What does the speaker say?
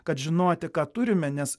kad žinoti ką turime nes